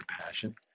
passion